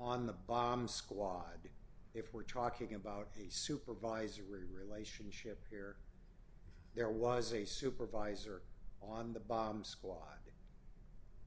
on the bomb squad if we're talking about a supervisory reship here there was a supervisor on the bomb squad